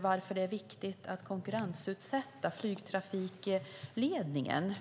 Varför är det viktigt att konkurrensutsätta flygtrafikledningen?